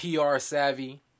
PR-savvy